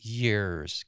years